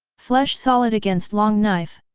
flesh solid against long knife?